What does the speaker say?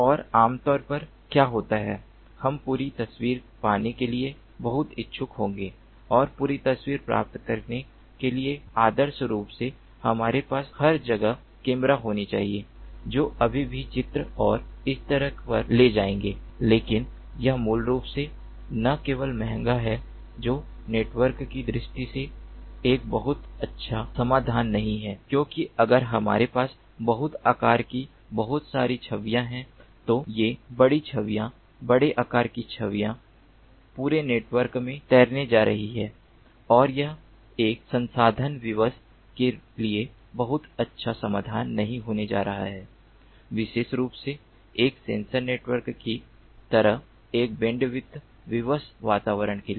तो आम तौर पर क्या होता है हम पूरी तस्वीर पाने के लिए बहुत इच्छुक होंगे और पूरी तस्वीर प्राप्त करने के लिए आदर्श रूप से हमारे पास हर जगह कैमरे होने चाहिए जो अभी भी चित्र और इसी तरह पर ले जाएंगे लेकिन यह मूल रूप से ना केवल महंगा है जो नेटवर्क की दृष्टि से एक बहुत अच्छा समाधान नहीं है क्योंकि अगर हमारे पास बड़े आकार की बहुत सारी छवियां हैं तो ये बड़ी छवियां बड़े आकार की छवियां पूरे नेटवर्क में तैरने जा रही हैं और यह एक संसाधन विवश के लिए बहुत अच्छा समाधान नहीं होने जा रहा है विशेष रूप से एक सेंसर नेटवर्क की तरह एक बैंडविड्थ विवश वातावरण के लिए